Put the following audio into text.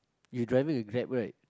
you driving a grab right